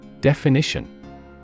Definition